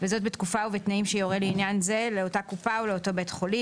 וזאת בתקופה ובתנאים שיורה לעניין זה לאותה קופה או לאותו בית חולים,